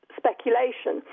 speculation